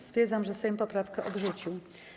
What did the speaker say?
Stwierdzam, że Sejm poprawkę odrzucił.